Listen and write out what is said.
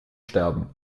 sterben